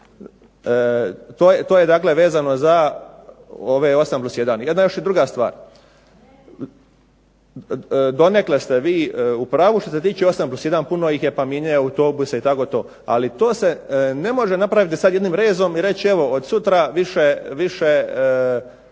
dakle vezano za ove osam plus jedan. Jedna još druga stvar. Donekle ste vi u pravu što se tiče osam plus jedan, puno ih, pa mijenjaju autobuse i tako to. Ali to se ne može napraviti sad jednim rezom i reći evo od sutra više